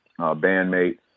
bandmate